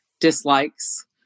dislikes